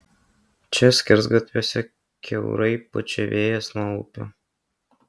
čia skersgatviuose kiaurai pučia vėjas nuo upių